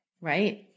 Right